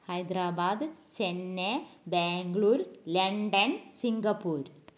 Hyderabad Chennai Bangalore London Singapore